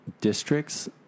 districts